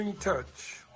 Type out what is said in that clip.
Touch